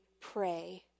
pray